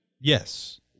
Yes